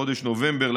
חודש נובמבר,